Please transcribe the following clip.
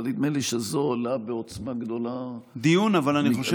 אבל נדמה לי שזו עולה בעוצמה גדולה מקריאה ראשונה.